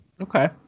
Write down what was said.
Okay